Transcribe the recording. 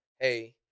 hey